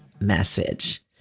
message